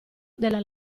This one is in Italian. della